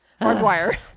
Hardwire